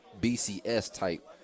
BCS-type